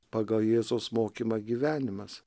pagal jėzaus mokymą gyvenimas